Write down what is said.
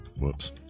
whoops